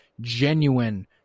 genuine